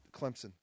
Clemson